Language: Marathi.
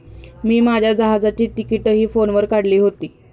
मी माझ्या जहाजाची तिकिटंही फोनवर काढली होती